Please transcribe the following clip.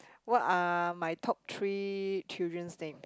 what are my top three children's name